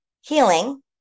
healing